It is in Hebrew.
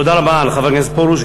תודה רבה לחבר הכנסת פרוש,